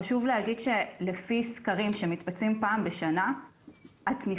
חשוב להגיד שלפי סקרים שמתבצעים פעם בשנה התמיכה